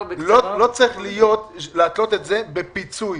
לא צריך להתנות את זה בפיצוי.